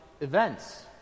events